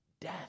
death